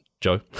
Joe